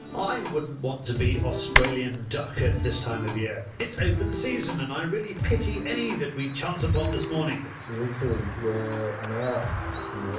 i wouldn't want to be australian duck at this time of year it's open season and i really pity any that we chance upon this morning literally and and um